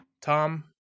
Tom